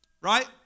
Right